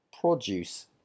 produce